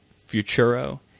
Futuro